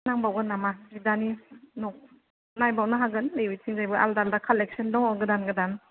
नांबावगोन नामा बिदानि न नायबावनो हागोन नैबेथिंजायबो आलदा आलदा खालेकसन दङ गोदान गोदान